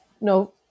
no